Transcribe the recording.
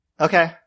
Okay